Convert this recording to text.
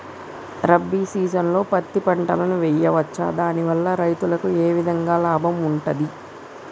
రబీ సీజన్లో పత్తి పంటలు వేయచ్చా దాని వల్ల రైతులకు ఏ విధంగా లాభం ఉంటది?